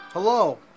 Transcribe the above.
Hello